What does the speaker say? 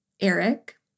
Eric